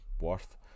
worth